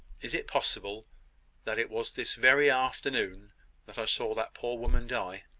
is it possible that it was this very afternoon that i saw that poor woman die?